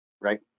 right